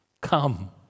come